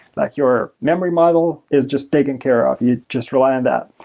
like your memory model is just taken care of. you just rely on that.